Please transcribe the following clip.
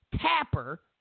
Tapper